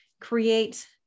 create